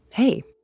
hey,